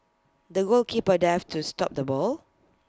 the goalkeeper dived to stop the ball